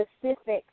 Specific